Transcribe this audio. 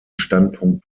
standpunkt